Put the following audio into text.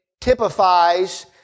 typifies